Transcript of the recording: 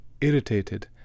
irritated